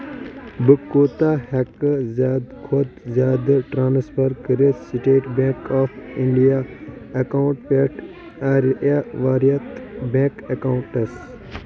بہٕ کوٗتا ہٮ۪کہٕ زِیٛادٕ کھوتہٕ زِیٛادٕ ٹرانسفر کٔرِتھ state bank of India account پٮ۪ٹھٕ آریا ورت بیٚنٛک اکاونٹَس